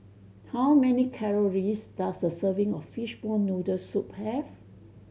how many calories does a serving of fishball noodle soup have